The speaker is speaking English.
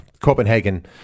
Copenhagen